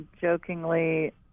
jokingly